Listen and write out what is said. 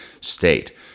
state